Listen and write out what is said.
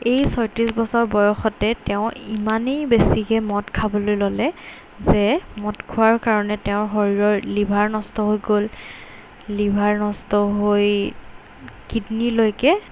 এই ছয়ত্ৰিছ বছৰ বয়সতে তেওঁ ইমানেই বেছিকৈ মদ খাবলৈ ল'লে যে মদ খোৱাৰ কাৰণে তেওঁৰ শৰীৰৰ লিভাৰ নষ্ট হৈ গ'ল লিভাৰ নষ্ট হৈ কিডনিলৈকে